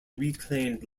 reclaimed